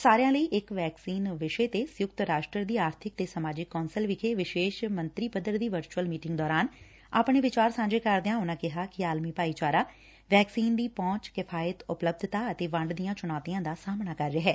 ਸਾਰਿਆ ਲਈ ਇਕ ਵੈਕਸੀਨ ਵਿਸ਼ੇ ਤੇ ਸੰਯੁਕਤ ਰਾਸ਼ਟਰ ਦੀ ਆਰਬਿਕ ਤੇ ਸਮਾਜਿਕ ਕੌਸਲ ਵਿਖੇ ਵਿਸ਼ੇਸ਼ ਮੰਤਰੀ ਪੱਧਰ ਦੀ ਵਰਚੁਅਲ ਮੀਟਿੰਗ ਦੌਰਾਨ ਆਪਣੇ ਵਿਚਾਰ ਸਾਂਝੇ ਕਰਦਿਆਂ ਉਨਾਂ ਕਿਹਾ ਕਿ ਆਲਮੀ ਭਾਈਚਾਰਾ ਵੈਕਸੀਨ ਦੀ ਪਹੁੰਚ ਕਿਫਾਇਤ ਉਪਲਬੱਧਤਾ ਅਤੇ ਵੰਡ ਦੀਆਂ ਚੁਣੌਤੀਆਂ ਦਾ ਸਾਹਮਣਾ ਕਰ ਰਿਹੈ